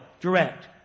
direct